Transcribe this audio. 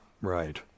Right